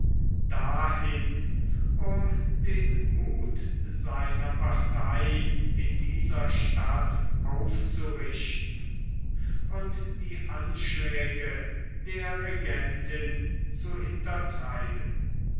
dahin um den muth seiner partei in dieser stadt aufzurichten und die anschläge der regentin zu hintertreiben